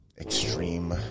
extreme